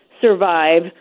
survive